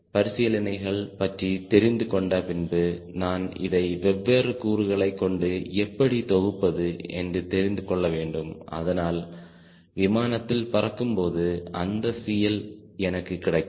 பரிசீலனைகள் பற்றி தெரிந்து கொண்ட பின்பு நான் இதை வெவ்வேறு கூறுகளைக் கொண்டு எப்படி தொகுப்பது என்று தெரிந்து கொள்ள வேண்டும் அதனால் விமானத்தில் பறக்கும் போது அந்த CL எனக்கு கிடைக்கும்